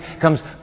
comes